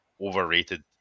overrated